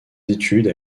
études